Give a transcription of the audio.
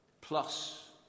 plus